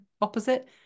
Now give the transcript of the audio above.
opposite